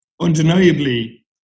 undeniably